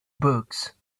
books